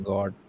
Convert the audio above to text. God